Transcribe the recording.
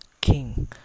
King